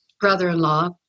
brother-in-law